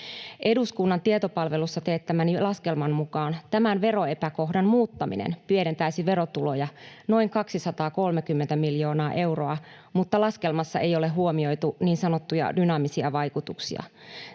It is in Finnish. Eduskunnan tietopalvelussa teettämäni laskelman mukaan tämän veroepäkohdan muuttaminen pienentäisi verotuloja noin 230 miljoonaa euroa, mutta laskelmassa ei ole huomioitu niin sanottuja dynaamisia vaikutuksia.